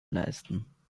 leisten